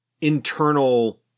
internal